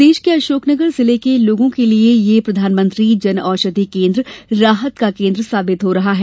प्रदेश के अशोक नगर जिले के लोगों के लिए ये प्रधानमंत्री जनऔषधी केंद्र राहत का एक केंद्र साबित हो रहा है